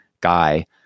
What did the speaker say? guy